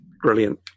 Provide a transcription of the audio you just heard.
Brilliant